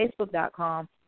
Facebook.com